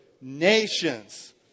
Nations